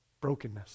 Brokenness